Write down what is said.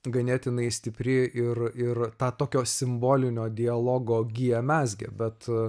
ganėtinai stipri ir ir tą tokio simbolinio dialogo giją mezgė bet